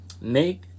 Make